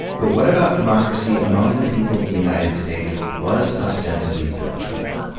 but what about democracy among the people the united states was ostensibly built for?